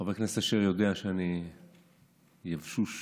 וחבר הכנסת אשר יודע שאני יבשוש מאוד,